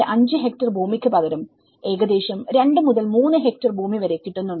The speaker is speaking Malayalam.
5 ഹെക്ടർ ഭൂമിക്ക് പകരം ഏകദേശം 2 മുതൽ 3 ഹെക്ടർ ഭൂമി വരെ കിട്ടുന്നുണ്ട്